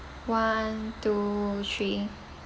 one two three